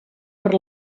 per